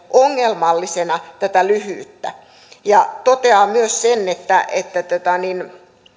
ongelmallisena tätä lyhyyttä ja toteaa myös että että